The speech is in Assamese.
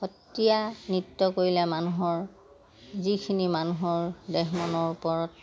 সত্ৰীয়া নৃত্য কৰিলে মানুহৰ যিখিনি মানুহৰ দেহ মনৰ ওপৰত